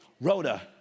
Rhoda